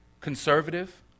conservative